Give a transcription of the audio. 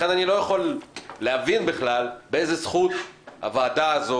לכן אני לא יכול להבין בכלל באיזו זכות הוועדה הזו